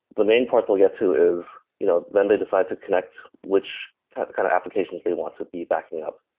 the main part they'll get to is you know then they decide to connect which kind of applications they want to be backing up.